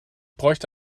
bräuchte